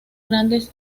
grandes